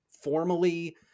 Formally